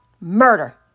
murder